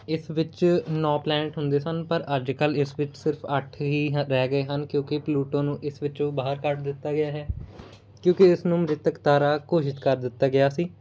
ਇਸ ਵਿੱਚ ਨੌਂ ਪਲੈਨਟ ਹੁੰਦੇ ਸਨ ਪਰ ਅੱਜ ਕੱਲ੍ਹ ਇਸ ਵਿੱਚ ਸਿਰਫ ਅੱਠ ਹੀ ਰਹਿ ਗਏ ਹਨ ਕਿਉਂਕਿ ਪਲੂਟੋ ਨੂੰ ਇਸ ਵਿੱਚੋਂ ਬਾਹਰ ਕੱਢ ਦਿੱਤਾ ਗਿਆ ਹੈ ਕਿਉਂਕਿ ਇਸ ਨੂੰ ਮ੍ਰਿਤਕ ਤਾਰਾ ਘੋਸ਼ਿਤ ਕਰ ਦਿੱਤਾ ਗਿਆ ਸੀ